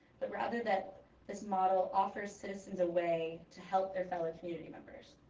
but rather that this model offers citizens a way to help their fellow community members.